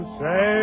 say